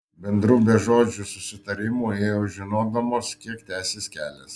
bendru bežodžiu susitarimu ėjo žinodamos kiek tęsis kelias